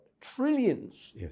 trillions